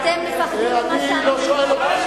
אתם מפחדים ממה שאני אומרת?